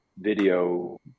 video